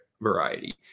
variety